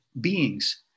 beings